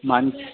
मान